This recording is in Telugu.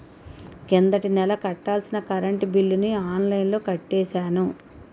కిందటి నెల కట్టాల్సిన కరెంట్ బిల్లుని ఆన్లైన్లో కట్టేశాను